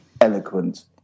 eloquent